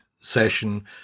session